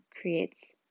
creates